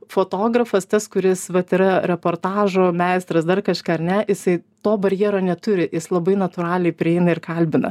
fotografas tas kuris vat yra reportažo meistras dar kažką ar ne jisai to barjero neturi jis labai natūraliai prieina ir kalbina